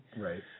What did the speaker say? Right